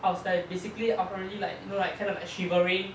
I was basically like I was already like you know like shivering